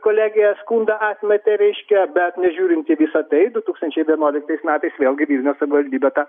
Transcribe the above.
kolegija skundą atmetė ryškia bet nežiūrint visą tai du tūkstančiai vienuoliktais metais vėlgi vilniaus savivaldybė tą